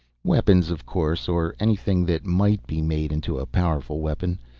weapons, of course, or anything that might be made into a powerful weapon.